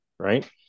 Right